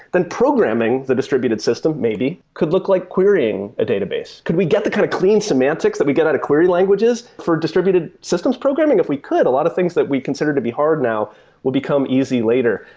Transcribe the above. then programming the distributed system, maybe, could look like querying a database. could we get the kind of clean semantics that we get out of query languages for distributed systems programming? if we could, a lot of things that we consider to be hard now will become easy later.